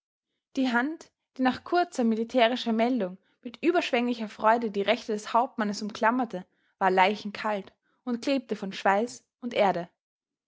die hand die nach kurzer militärischer meldung mit überschwenglicher freude die rechte des hauptmanns umklammerte war leichenkalt und klebte von schweiß und erde